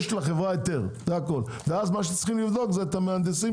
יש לחברה היתר ואז צריך לבדוק את המהנדסים